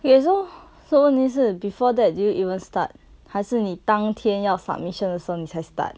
ya so so 你是 before that did you even start 还是你当天要 submission 的时候你才 start